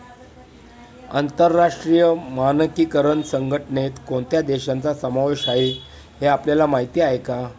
आंतरराष्ट्रीय मानकीकरण संघटनेत कोणत्या देशांचा समावेश आहे हे आपल्याला माहीत आहे का?